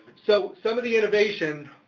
so, some of the innovation,